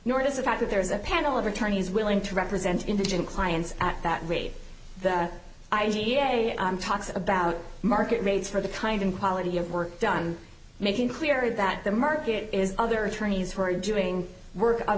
nor does the fact that there is a panel of attorneys willing to represent indigent clients at that rate that talks about market rates for the kind and quality of work done making clear that the market is other attorneys who are doing work o